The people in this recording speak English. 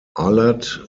alert